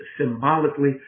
symbolically